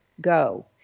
go